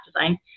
design